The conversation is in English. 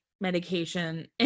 medication